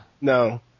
No